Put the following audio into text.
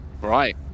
Right